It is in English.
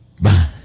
Bye